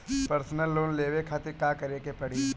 Personal loan लेवे खातिर का करे के पड़ी?